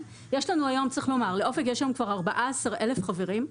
צריך לומר שלאופק יש כבר 14 אלף חברים,